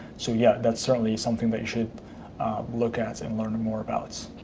so yeah. that's certainly something that you should look at and learn more about.